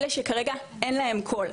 אלה שכרגע אין להם קול.